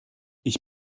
ich